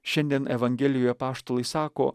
šiandien evangelijoj apaštalai sako